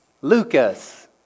Lucas